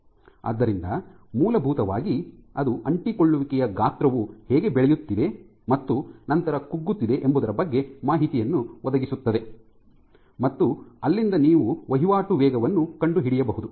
ಆದ್ದರಿಂದ ಮೂಲಭೂತವಾಗಿ ಅದು ಅಂಟಿಕೊಳ್ಳುವಿಕೆಯ ಗಾತ್ರವು ಹೇಗೆ ಬೆಳೆಯುತ್ತಿದೆ ಮತ್ತು ನಂತರ ಕುಗ್ಗುತ್ತಿದೆ ಎಂಬುದರ ಬಗ್ಗೆ ಮಾಹಿತಿಯನ್ನು ಒದಗಿಸುತ್ತದೆ ಮತ್ತು ಅಲ್ಲಿಂದ ನೀವು ವಹಿವಾಟು ವೇಗವನ್ನು ಕಂಡುಹಿಡಿಯಬಹುದು